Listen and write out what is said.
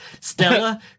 Stella